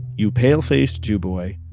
you pale-faced jew boy,